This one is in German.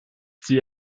sie